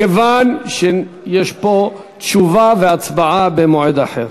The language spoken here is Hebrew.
מכיוון שיש פה תשובה והצבעה במועד אחר,